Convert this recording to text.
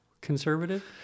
conservative